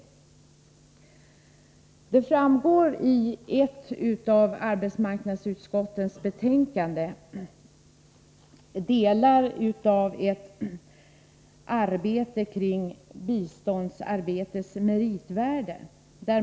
I ett betänkande från arbetsmarknadsutskottet redovisas delar av ett arbete om biståndsarbetets meritvärde.